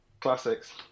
classics